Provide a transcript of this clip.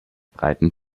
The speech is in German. breiten